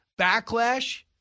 backlash